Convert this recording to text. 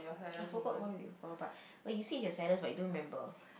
I forgot why we quarrel but but you say you saddest but you don't remember